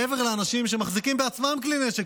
מעבר לאנשים שמחזיקים בעצמם כלי נשק,